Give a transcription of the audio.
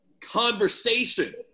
conversation